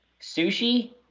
sushi